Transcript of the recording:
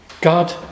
God